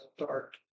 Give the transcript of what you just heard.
start